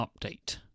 update